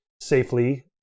safely